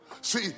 See